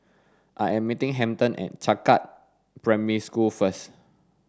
I am meeting Hampton at Changkat Primary School first